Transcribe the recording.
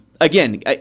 Again